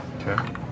Okay